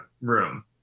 room